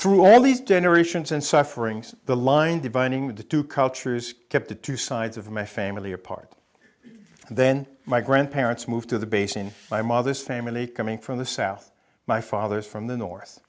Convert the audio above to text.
through all these generations and sufferings the line dividing the two cultures kept the two sides of my family apart and then my grandparents moved to the base in my mother's family coming from the south my father's from the north